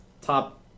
top